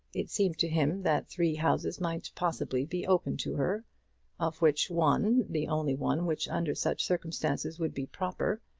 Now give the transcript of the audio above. it seemed to him that three houses might possibly be open to her of which one, the only one which under such circumstances would be proper,